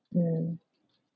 mm